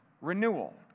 renewal